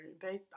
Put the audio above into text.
based